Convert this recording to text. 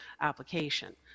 application